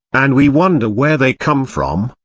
and we wonder where they come from,